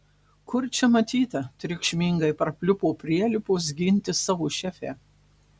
kur čia matyta triukšmingai prapliupo prielipos ginti savo šefę